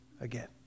again